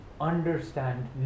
understand